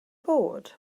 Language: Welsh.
bod